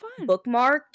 bookmarked